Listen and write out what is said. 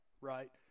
right